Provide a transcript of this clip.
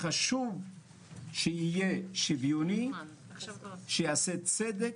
וחשוב שיהיה שוויוני, שיעשה צדק,